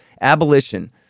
abolition